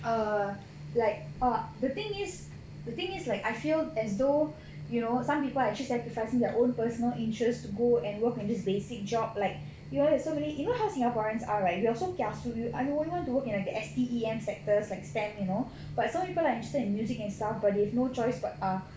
err like err the thing is the thing is like I feel as though you know some people are actually sacrificing their own personal interest to go and work at this basic job like you know there's so many you know how singaporeans are right we are so kiasu I mean we only want to work like in the S_T_E_M sectors like STEM you know but some people are interested in mustic and stuff but they have no choice but err